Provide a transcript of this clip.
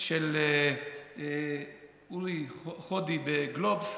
של אורי חודי בגלובס.